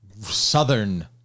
southern